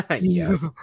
Yes